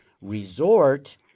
resort